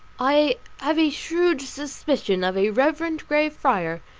i have a shrewd suspicion of a reverend grey friar,